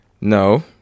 no